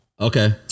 Okay